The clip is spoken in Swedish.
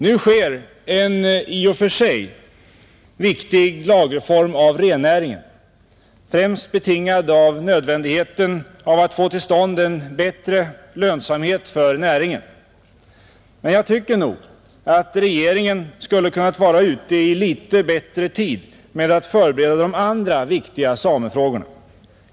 Nu sker en i och för sig viktig lagreform i fråga om rennäringen, främst betingad av nödvändigheten av att få till stånd en bättre lönsamhet för näringen, men jag tycker nog att regeringen skulle kunnat vara ute i litet bättre tid med att förbereda de andra viktiga samefrågorna.